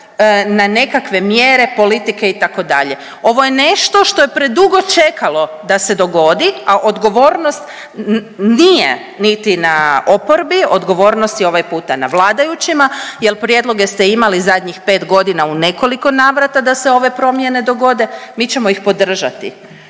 na nekakve mjere, politike, itd., ovo je nešto što je predugo čekalo da se dogodi, a odgovornost nije niti na oporbi, odgovornost je ovaj puta na vladajućima jer prijedloge ste imali zadnjih 5 godina u nekoliko navrata da se ove promjene dogode, mi ćemo ih podržati.